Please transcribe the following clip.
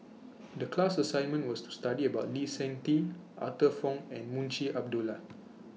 The class assignment was to study about Lee Seng Tee Arthur Fong and Munshi Abdullah